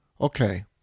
Okay